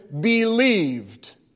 believed